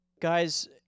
Guys